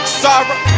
sorrow